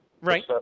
Right